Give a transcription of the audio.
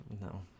No